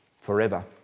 forever